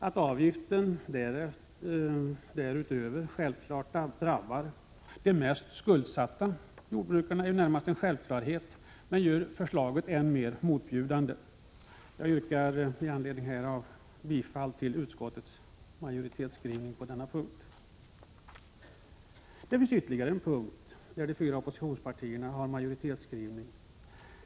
Att avgiften dessutom självfallet drabbar de mest skuldsatta jordbrukarna är ju närmast en självklarhet, och det gör att förslaget blir än mer motbjudande. Jag yrkar bifall till utskottets majoritetsskrivning på denna punkt. Det finns ytterligare en punkt där de fyra oppositionspartierna har en majoritetsskrivning.